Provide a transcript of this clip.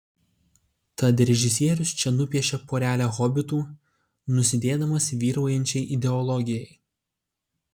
tad režisierius čia nupiešia porelę hobitų nusidėdamas vyraujančiai ideologijai